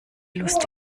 lust